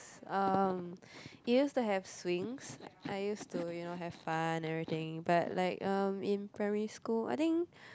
um it used to have swings I used to you know have fun and everything but like um in primary school I think